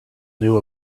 knew